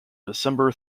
december